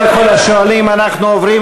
תאמין לי,